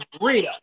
real